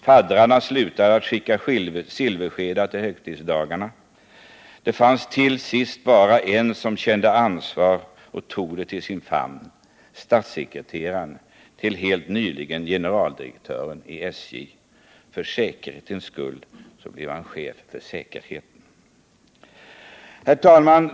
Faddrarna slutade att skicka silverskedar till högtidsdagarna. Det fanns till sist bara en som kände ansvar och tog det till sin famn — statssekreteraren, till helt nyligen generaldirektören i SJ. För säkerhetens skull blev han chef för säkerheten. Herr talman!